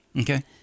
Okay